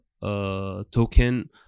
token